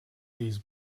these